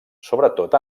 sobretot